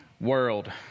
world